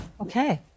Okay